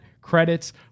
credits